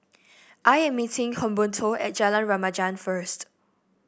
I am meeting Humberto at Jalan Remaja first